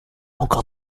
encore